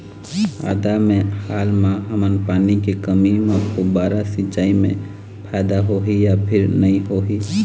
आदा मे हाल मा हमन पानी के कमी म फुब्बारा सिचाई मे फायदा होही या फिर नई होही?